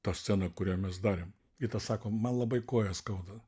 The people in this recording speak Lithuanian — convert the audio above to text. tą sceną kurią mes darėm vytas sako man labai koją skauda